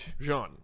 Jean